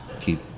keep